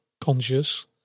conscious